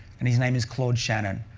and his name is claude shannon.